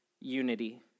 unity